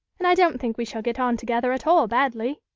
and i don't think we shall get on together at all badly.